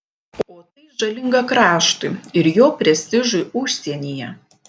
o tai žalinga kraštui ir jo prestižui užsienyje